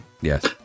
yes